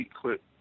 clip